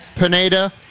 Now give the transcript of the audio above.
Pineda